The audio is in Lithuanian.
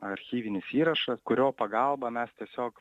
archyvinis įrašas kurio pagalba mes tiesiog